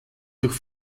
durch